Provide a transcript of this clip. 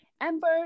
Amber